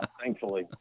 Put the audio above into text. thankfully